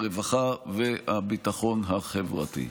הרווחה והביטחון החברתי.